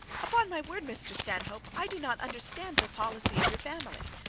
upon my word, mr stanhope, i do not understand the policy of your family.